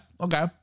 okay